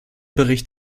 bericht